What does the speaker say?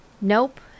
Nope